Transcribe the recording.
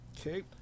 Okay